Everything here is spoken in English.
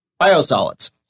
biosolids